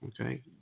Okay